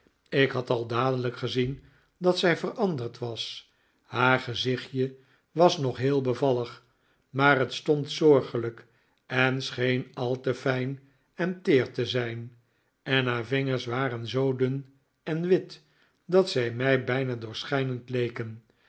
ik had al dadelijk gezien dat zij veranderd was haar gezicht je was nog heel bevallig maar het stond zorgelijk en scheen al te fijn en teer te zijn en haar vingers waren zoo dun en wit dat zij mij bijna doorschijnend leken